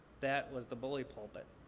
that was the bully pulpit.